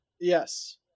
Yes